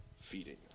feeding